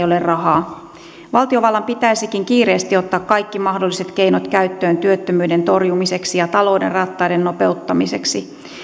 ole rahaa valtiovallan pitäisikin kiireesti ottaa kaikki mahdolliset keinot käyttöön työttömyyden torjumiseksi ja talouden rattaiden nopeuttamiseksi